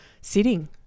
sitting